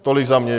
Tolik za mě.